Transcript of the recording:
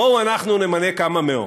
בואו אנחנו נמנה כמה מאות.